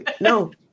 No